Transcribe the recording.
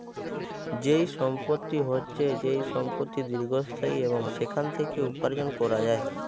যেই সম্পত্তি হচ্ছে যেই সম্পত্তি দীর্ঘস্থায়ী এবং সেখান থেকে উপার্জন করা যায়